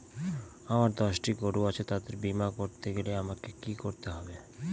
আমার দশটি গরু আছে তাদের বীমা করতে হলে আমাকে কি করতে হবে?